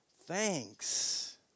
thanks